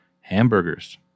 hamburgers